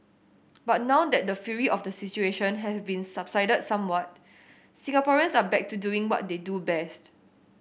but now that the fury of the situation has been subsided somewhat Singaporeans are back to doing what they do best